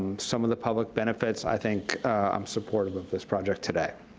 some of the public benefits, i think i'm supportive of this project today.